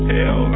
Hell